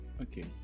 Okay